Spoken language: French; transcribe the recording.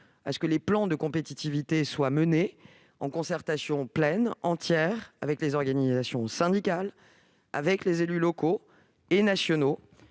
à ce que les plans de compétitivité soient menés en pleine concertation avec les organisations syndicales, les élus locaux et nationaux,